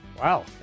Wow